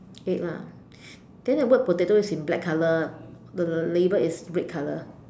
eight lah then the word potato is in black colour the label is red colour